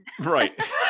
right